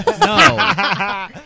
No